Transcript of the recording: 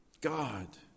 God